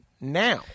now